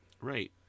Right